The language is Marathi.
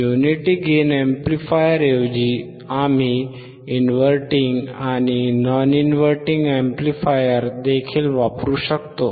युनिटी गेन अॅम्प्लीफायरऐवजी आम्ही इनव्हर्टिंग आणि नॉन इनव्हर्टिंग अॅम्प्लिफायर देखील वापरू शकतो